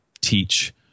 teach